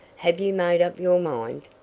have you made up your mind?